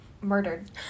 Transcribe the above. murdered